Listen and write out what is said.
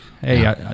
hey